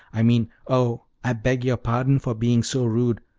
i mean oh, i beg your pardon for being so rude!